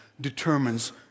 Determines